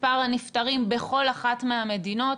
מספר הנפטרים בכל אחת מהמדינות.